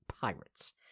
Pirates